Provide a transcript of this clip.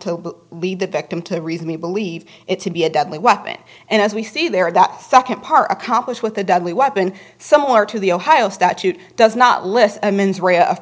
to lead the victim to reason we believe it to be a deadly weapon and as we see there that second part accomplished with a deadly weapon similar to the ohio statute does not list